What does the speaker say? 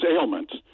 ailments